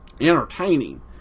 entertaining